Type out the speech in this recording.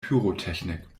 pyrotechnik